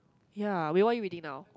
ya what are you reading now